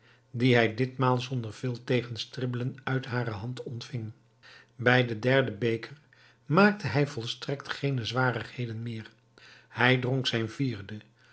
dien hij ditmaal zonder veel tegenstribbelen uit hare hand ontving bij den derden beker maakte hij volstrekt geene zwarigheden meer hij dronk zijnen vierden